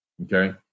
Okay